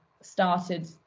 started